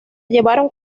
llevaron